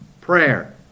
prayer